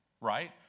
right